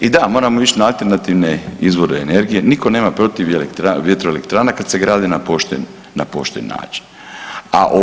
I da moramo ići na alternativne izvore energije nitko nema protiv vjetroelektrana kad se grade na pošten, na pošten način.